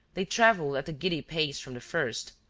they travelled at a giddy pace from the first.